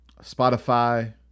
Spotify